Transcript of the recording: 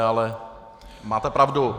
Ale máte pravdu.